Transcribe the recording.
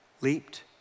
leaped